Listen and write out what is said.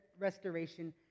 restoration